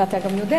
ואתה גם יודע.